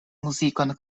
muzikon